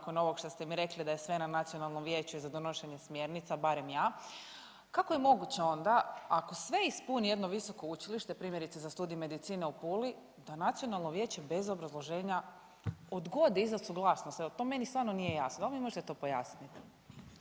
nakon ovoga što ste mi rekli da je sve na Nacionalnom vijeću za donošenje smjernica, barem ja, kako je moguće onda ako sve ispuni jedno visoko učilište primjerice za studij medicine u Puli da nacionalno vijeće bez obrazloženja odgodi za suglasnost. Evo to meni stvarno nije jasno, da li mi možete to pojasniti.